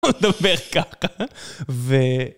לדבר ככה ו...